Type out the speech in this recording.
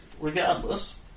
regardless